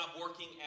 working